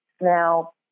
Now